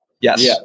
Yes